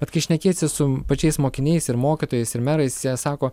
bet kai šnekiesi su pačiais mokiniais ir mokytojais ir merais jie sako